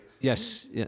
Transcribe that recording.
Yes